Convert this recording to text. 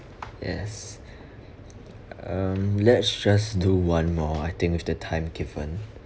yes um let's just do one more I think with the time given